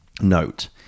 note